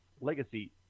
Legacy